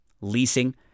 leasing